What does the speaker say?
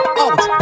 out